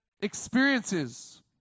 experiences